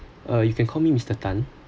uh you can call me mister tan